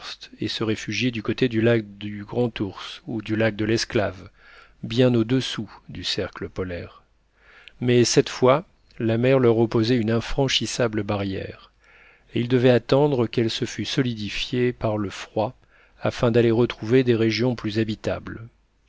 et se réfugier du côté du lac du grandours ou du lac de l'esclave bien au-dessous du cercle polaire mais cette fois la mer leur opposait une infranchissable barrière et ils devaient attendre qu'elle se fût solidifiée par le froid afin d'aller retrouver des régions plus habitables